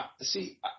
see